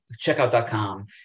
checkout.com